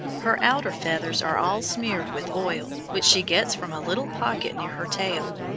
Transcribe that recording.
her outer feathers are all smeared with oil which she gets from a little pocket near her tail.